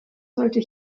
sollte